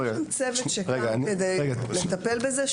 יש כאן צוות שקם כדי לטפל בזה,